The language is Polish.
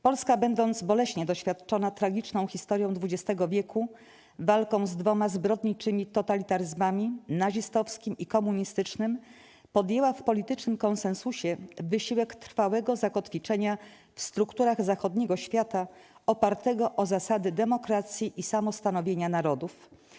Polska, będąc boleśnie doświadczona tragiczną historią XX wieku, walką z dwoma zbrodniczymi totalitaryzmami: nazistowskim i komunistycznym, podjęła w politycznym konsensusie wysiłek trwałego zakotwiczenia w strukturach zachodniego świata opartego o zasady demokracji i samostanowienia narodów.